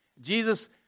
Jesus